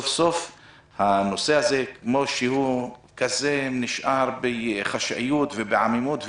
הנושא הזה נשאר בחשאיות ובעמימות.